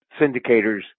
syndicators